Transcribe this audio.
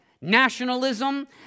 nationalism